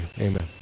Amen